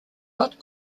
but